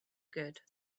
good